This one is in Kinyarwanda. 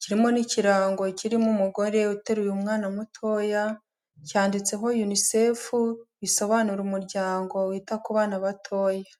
kirimo n'ikirango kirimo umugore uteruye umwana mutoya, cyanditseho UNICEF, bisobanura umuryango wita ku bana batoya.